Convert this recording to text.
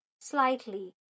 slightly